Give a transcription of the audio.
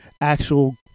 actual